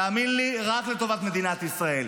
תאמין לי, רק לטובת מדינת ישראל.